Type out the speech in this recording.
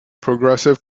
progressive